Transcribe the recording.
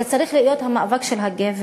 זה צריך להיות המאבק של הגבר.